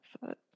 foot